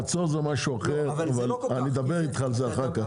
חצור זה משהו אחר, אני אדבר איתך על זה אחר כך.